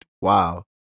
wow